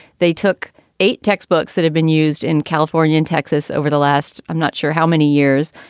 they took eight textbooks that have been used in california and texas over the last. i'm not sure how many years.